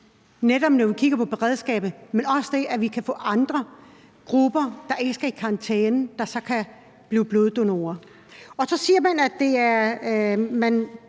netop når man kigger på beredskabet, men der er også det, at vi kan få andre grupper, der ikke skal i karantæne, til at blive bloddonorer. Man bliver ved med at